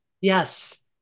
Yes